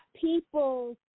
people